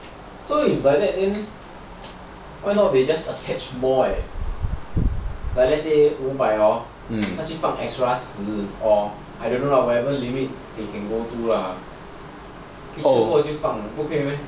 so if like that then why not they just attach more at like let's say 五百 hor 他去放 extra 十 or I don't know lah whatever limit they hold to lah like 去放不可以 meh